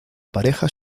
pareja